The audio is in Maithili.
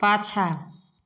पाछाँ